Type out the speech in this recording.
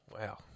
Wow